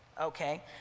Okay